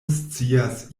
scias